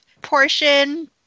portion